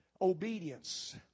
Obedience